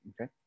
Okay